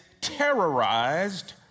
terrorized